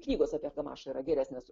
knygos apie gamašą yra geresnės